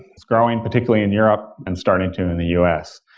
it's growing particularly in europe and starting to in the u s.